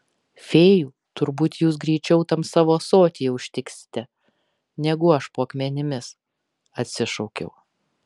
fėjų turbūt jūs greičiau tam savo ąsotyje užtiksite negu aš po akmenimis atsišaukiau